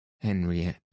Henriette